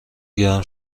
گرم